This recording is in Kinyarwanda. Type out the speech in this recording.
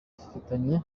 gifitanye